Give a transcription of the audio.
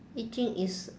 易经 is